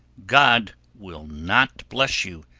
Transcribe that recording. god will not bless you,